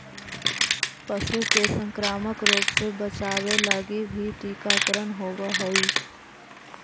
पशु के संक्रामक रोग से बचावे लगी भी टीकाकरण होवऽ हइ